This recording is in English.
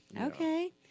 Okay